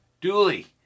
Dooley